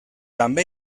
també